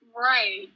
Right